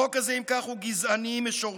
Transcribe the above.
אם כך, החוק הזה הוא גזעני משורשו.